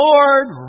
Lord